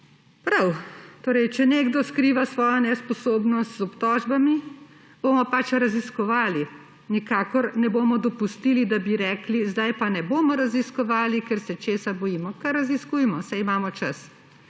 Prav, če nekdo skriva svojo nesposobnost z obtožbami, bomo pač raziskovali. Nikakor ne bomo dopustili, da bi rekli, zdaj pa ne bomo raziskovali, ker se česa bojimo. Kar raziskujmo, saj imamo čas!